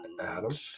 Adam